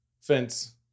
Fence